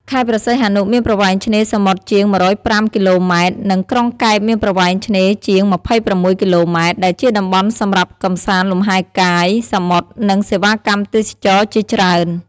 ខេត្តព្រះសីហនុមានប្រវែងឆ្នេរសមុទ្រជាង ១០៥ គីឡូម៉ែត្រ និងក្រុងកែបមានប្រវែងឆ្នេរជាង ២៦ គីឡូម៉ែត្រ ដែលជាតំបន់សម្រាប់កម្សាន្តលំហែកាយសមុទ្រ និង សេវាកម្មទេសចរណ៍ជាច្រើន។